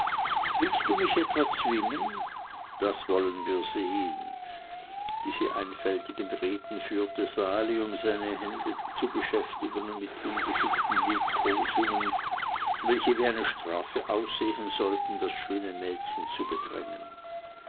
willst du mich etwa zwingen das wollen wir sehen diese einfältigen reden führte sali um seine hände zu beschäftigen und mit ungeschickten liebkosungen welche wie eine strafe aussehen sollten das schöne mädchen zu bedrängen